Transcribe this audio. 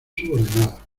subordinada